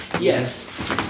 yes